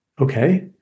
Okay